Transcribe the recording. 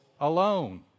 alone